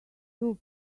true